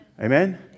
Amen